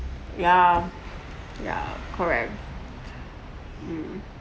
ya ya correct mm